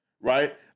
right